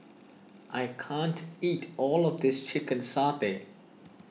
I can't eat all of this Chicken Satay